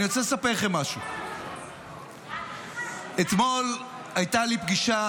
אני רוצה לספר לכם משהו, אתמול הייתה לי פגישה